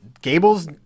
Gable's